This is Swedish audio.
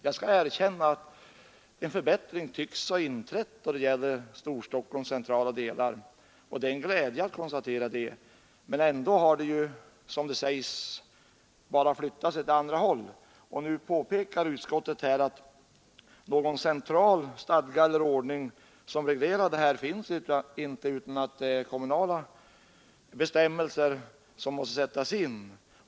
Jag skall erkänna att en förbättring tycks ha inträtt då det gäller Storstockholms centrala delar, och det är en glädje att konstatera detta. Men det är ju ändå bara så att, såsom det framhållits, missförhållandena flyttats till andra platser. Utskottet påpekar att det inte finns någon central stadga eller ordning som reglerar dessa förhållanden utan att de måste regleras genom kommunala bestämmelser.